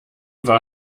war